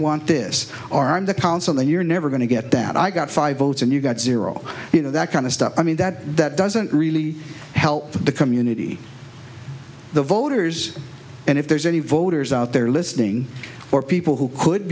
want this arm the council then you're never going to get that i got five votes and you got zero you know that kind of stuff i mean that that doesn't really help the community the voters and if there's any voters out there listening or people who could